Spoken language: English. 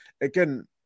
again